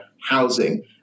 housing